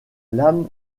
lame